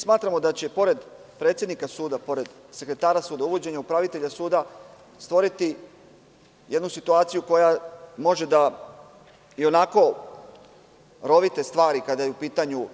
Smatramo da će pored predsednika suda, sekretara suda uvođenje upravitelja suda stvoriti jednu situaciju koja može da ionako rovite stvari kada je u pitanju